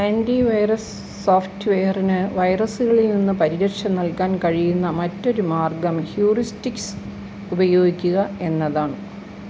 antivirus സോഫ്റ്റ്വെയറിന് വൈറസുകളിൽനിന്ന് പരിരക്ഷ നൽകാൻ കഴിയുന്ന മറ്റൊരു മാർഗ്ഗം ഹ്യൂറിസ്റ്റിക്സ് ഉപയോഗിക്കുക എന്നതാണ്